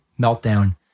meltdown